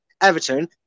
Everton